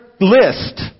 list